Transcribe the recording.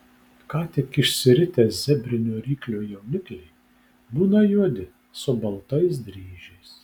ką tik išsiritę zebrinio ryklio jaunikliai būna juodi su baltais dryžiais